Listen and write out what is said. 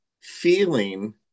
feeling